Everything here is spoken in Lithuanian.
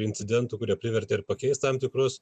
incidentų kurie privertė ir pakeist tam tikrus